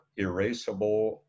erasable